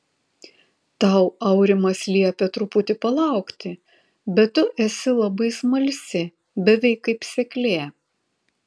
tau aurimas liepė truputį palaukti bet tu esi labai smalsi beveik kaip seklė